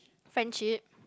friendship